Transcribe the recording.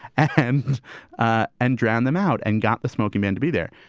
and ah and drowned them out and got the smoking man to be there.